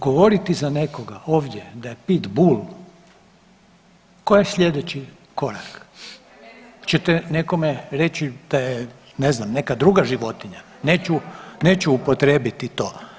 Govoriti za nekoga ovdje da je pit bul, koji je slijedeći korak, ćete nekome reći da je ne znam neka druga životinja, neću, neću upotrijebiti to.